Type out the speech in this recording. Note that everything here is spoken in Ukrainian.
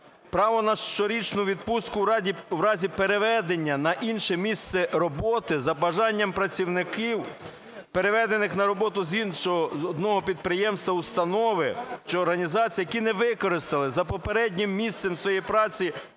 право на щорічну відпустку у разі переведення на інше місце роботи за бажанням працівників, переведених на роботу з одного підприємства, установи чи організації, які не використали за попереднім місцем своєї праці